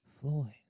Floyd